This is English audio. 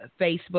Facebook